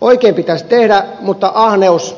oikein pitäisi tehdä mutta ahneus